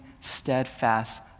steadfast